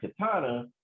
Katana